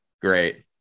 Great